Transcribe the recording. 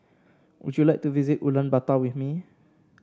would you like to visit Ulaanbaatar with me